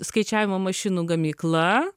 skaičiavimo mašinų gamykla